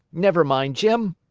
never mind, jim,